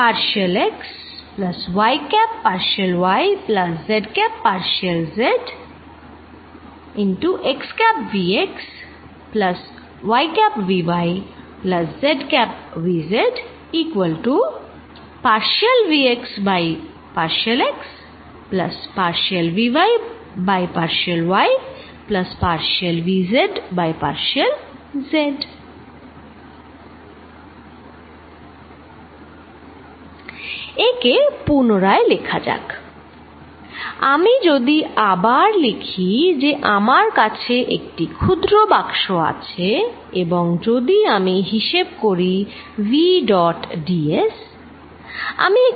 একে পুনরায় লেখা যাক আমি যদি আবার লিখি যে আমার কাছে একটি ক্ষুদ্র বাক্স আছে এবং যদি আমি হিসেব করি v ডট ds